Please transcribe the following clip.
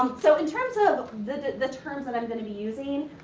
um so, in terms of the the terms that i'm gonna be using,